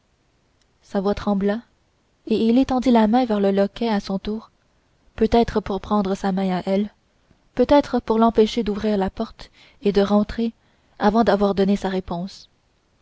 sa voix trembla et il étendit la main vers le loquet à son tour peut-être pour prendre sa main à elle peut-être pour l'empêcher d'ouvrir la porte et de rentrer avant d'avoir donné sa réponse